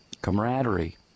camaraderie